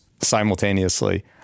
simultaneously